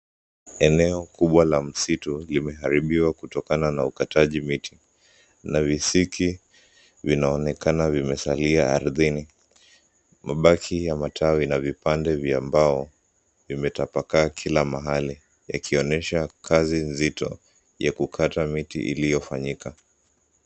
Eneo kubwa la msitu, limeharibiwa kutokana na ukataji miti. Na visiki vinaonekana vimesalia ardhini. Mabaki ya matawi na vipande vya mbao, vimetapakaa kila mahali, yakionesha kazi nzito ya kukata miti iliyofanyika.